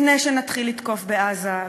לפני שנתחיל לתקוף בעזה,